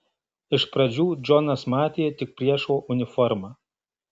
iš pradžių džonas matė tik priešo uniformą